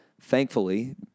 thankfully